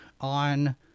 on